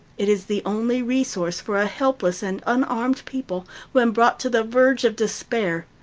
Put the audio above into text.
it is the only resource for a helpless and unarmed people when brought to the verge of despair.